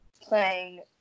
playing